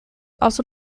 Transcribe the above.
also